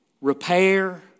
Repair